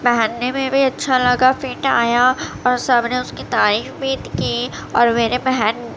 پہننے میں بھی اچھا لگا فٹ آیا اور سب نے اس کی تعریف بھی کی اور میرے بہن